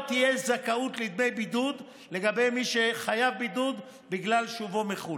לא תהיה זכאות לדמי בידוד לגבי מי שחייב בידוד בגלל שובו מחו"ל,